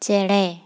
ᱪᱮᱬᱮ